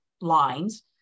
lines